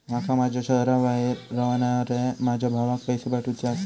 माका माझ्या शहराबाहेर रव्हनाऱ्या माझ्या भावाक पैसे पाठवुचे आसा